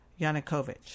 Yanukovych